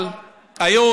היות